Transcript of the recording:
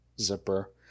zipper